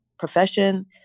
profession